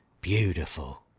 Beautiful